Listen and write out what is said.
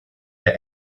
der